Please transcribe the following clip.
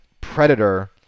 Predator